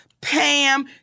Pam